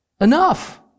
enough